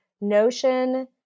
notion